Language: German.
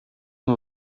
nur